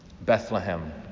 Bethlehem